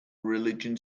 religion